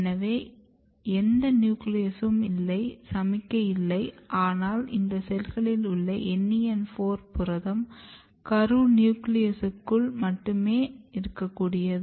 எனவே எந்த நியூக்ளியஸும் இல்லை சமிக்ஞை இல்லை ஆனால் இந்த செல்களில் உள்ள NEN4 புரத கருவுநியூக்ளியஸ்க்குள் மட்டுமே இருக்கக்கூடியது